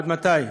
עד מתי?